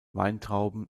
weintrauben